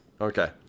Okay